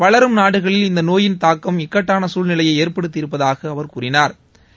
வளரும் நாடுகளில் இந்த நோயின் தாக்கம் இக்கட்டான சூழ்நிலையை ஏற்படுத்தி இருப்பதாக அவர் கூறினா்